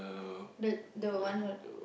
but the one hold